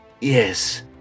Yes